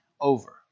over